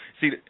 See